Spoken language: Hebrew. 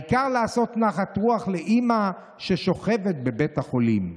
העיקר לעשות נחת רוח לאימא ששוכבת בבית החולים".